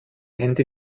hände